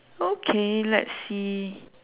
okay let's see